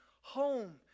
home